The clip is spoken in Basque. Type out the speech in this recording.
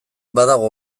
badago